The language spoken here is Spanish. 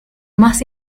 más